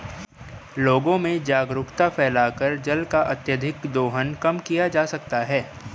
लोगों में जागरूकता फैलाकर जल का अत्यधिक दोहन कम किया जा सकता है